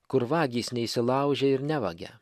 kur vagys neįsilaužia ir nevagia